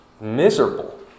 Miserable